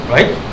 Right